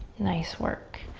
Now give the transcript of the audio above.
nice work.